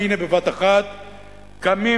והנה בבת-אחת קמים,